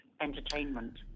entertainment